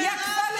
נגמר